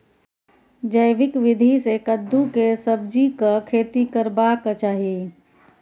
जैविक विधी से कद्दु के सब्जीक खेती करबाक चाही?